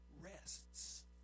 rests